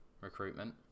recruitment